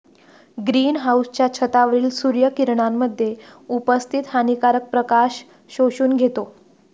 green हाउसच्या छतावरील सूर्य किरणांमध्ये उपस्थित हानिकारक प्रकाश शोषून घेतो